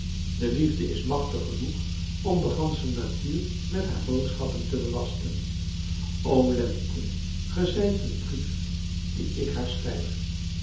de liefde is machtig genoeg om de gansche natuur met haar boodschappen te belasten o lente ge zijt een brief dien ik haar schrijf